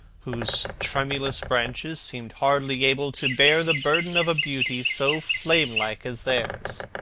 whose tremulous branches seemed hardly able to bear the burden of a beauty so flamelike as theirs